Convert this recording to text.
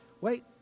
Wait